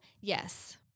Yes